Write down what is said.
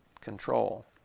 control